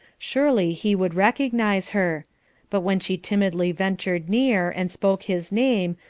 surely he would recognise her but when she timidly ventured nearer, and spoke his name,